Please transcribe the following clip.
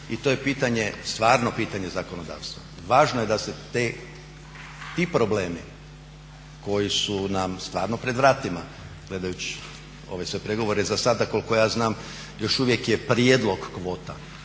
pitanje i to je stvarno pitanje zakonodavstva. Važno je da se ti problemi koji su nam stvarno pred vratima gledajući ove sve pregovore za sada koliko ja znam još uvijek je prijedlog kvota,